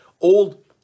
old